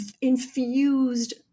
infused